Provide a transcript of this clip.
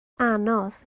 anodd